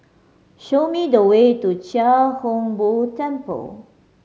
show me the way to Chia Hung Boo Temple